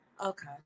Okay